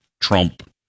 trump